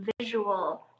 visual